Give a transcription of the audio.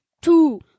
Two